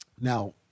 Now